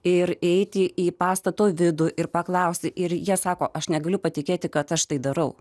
ir eiti į pastato vidų ir paklausti ir jie sako aš negaliu patikėti kad aš tai darau